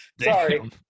Sorry